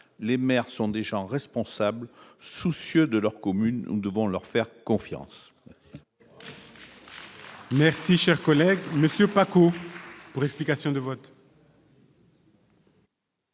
Les maires sont des gens responsables, soucieux de leur commune : nous devons leur faire confiance. La parole est à M. Olivier Paccaud, pour explication de vote.